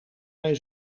hij